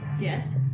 Yes